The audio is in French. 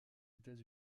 états